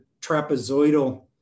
trapezoidal